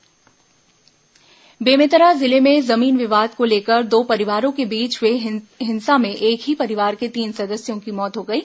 बेमेतरा हत्या बेमेतरा जिले में जमीन विवाद को लेकर दो परिवारों के बीच हुई हिंसा में एक ही परिवार के तीन सदस्यों की मौत हो गई